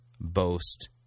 boast